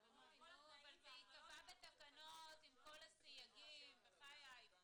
--- אבל זה ייקבע בתקנות, עם כל הסייגים, בחייך.